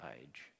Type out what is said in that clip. age